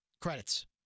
Credits